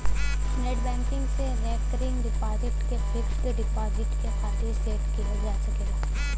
net banking से recurring deposit क fixed deposit के खातिर सेट किहल जा सकला